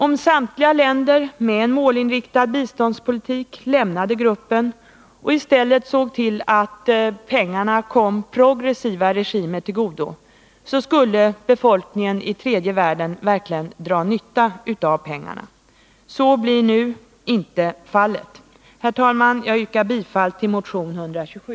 Om samtliga länder med en målinriktad biståndspolitik lämnade gruppen och i stället såg till att pengarna kom progressiva regimer till godo skulle befolkningen i tredje världen verkligen dra nytta av pengarna. Så blir nu inte fallet. Herr talman! Jag yrkar bifall till motion 127.